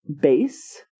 base